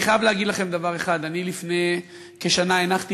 אני חייב להגיד לכם דבר אחד: לפני כשנה הנחתי